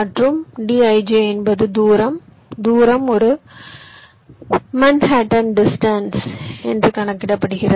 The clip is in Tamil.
மற்றும் dij என்பது தூரம் தூரம் ஒரு மன்ஹாட்டன் தூரமாக கணக்கிடப்படுகிறது